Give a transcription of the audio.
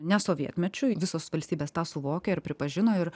ne sovietmečiu visos valstybės tą suvokė ir pripažino ir